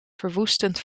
verwoestend